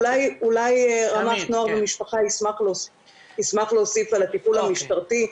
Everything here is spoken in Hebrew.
אולי רמ"ח נוער ומשפחה ישמח להוסיף על הטיפול המשטרתי.